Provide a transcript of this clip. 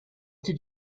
did